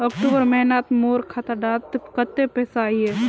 अक्टूबर महीनात मोर खाता डात कत्ते पैसा अहिये?